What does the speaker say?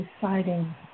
deciding